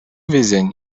вӗсен